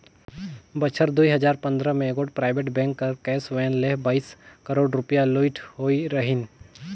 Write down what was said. बछर दुई हजार पंदरा में एगोट पराइबेट बेंक कर कैस वैन ले बाइस करोड़ रूपिया लूइट होई रहिन